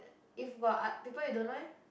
if got ~ people you don't know eh